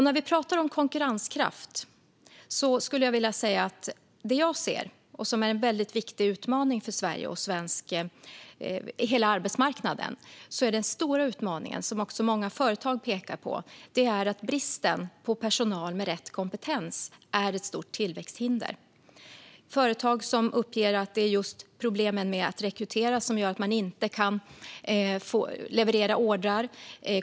När vi nu talar om konkurrenskraft skulle jag vilja säga att det jag ser är att den stora utmaningen för Sverige och hela arbetsmarknaden, vilket också många företag pekar på, är att bristen på personal med rätt kompetens är ett stort tillväxthinder. Företag uppger att det är just problemen med att rekrytera som gör att de inte kan leverera ordrar.